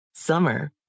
Summer